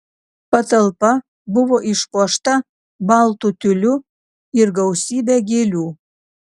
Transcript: patalpa buvo išpuošta baltu tiuliu ir gausybe gėlių